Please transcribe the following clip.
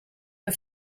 the